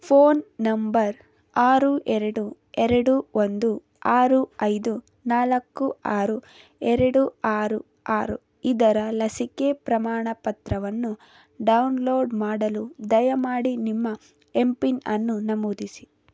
phone number ಆರು ಎರಡು ಎರಡು ಒಂದು ಆರು ಐದು ನಾಲ್ಕು ಆರು ಎರಡು ಆರು ಆರು ಇದರ ಲಸಿಕೆ ಪ್ರಮಾಣಪತ್ರವನ್ನು ಡೌನ್ಲೋಡ್ ಮಾಡಲು ದಯಮಾಡಿ ನಿಮ್ಮ ಎಂ ಪಿನ್ ಅನ್ನು ನಮೂದಿಸಿ